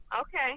Okay